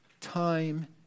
time